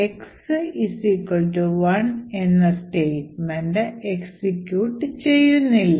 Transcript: x 1 എന്ന statement execute ചെയ്യുന്നില്ല